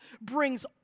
brings